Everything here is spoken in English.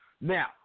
Now